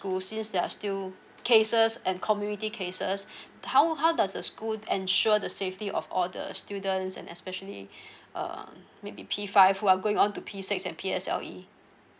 school since they are still cases and community cases how how does the school ensure the safety of all the students and especially uh maybe P five who are going on to P six and P_S_L_E